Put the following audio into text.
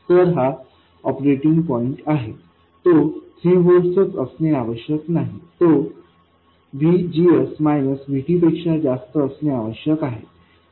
तर हा operating point आहे तो 3 व्होल्टच असणे आवश्यक नाही तो VGS Vtपेक्षा जास्त असणे आवश्यक आहे